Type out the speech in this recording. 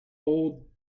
old